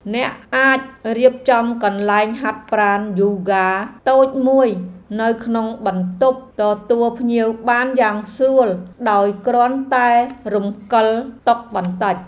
អ្នកអាចរៀបចំកន្លែងហាត់ប្រាណយូហ្គាតូចមួយនៅក្នុងបន្ទប់ទទួលភ្ញៀវបានយ៉ាងស្រួលដោយគ្រាន់តែរំកិលតុបន្តិច។